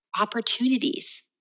opportunities